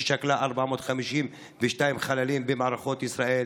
ששכלה 452 חללים במערכות ישראל,